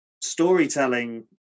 storytelling